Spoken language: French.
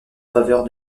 faveur